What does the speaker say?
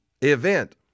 event